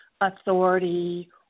authority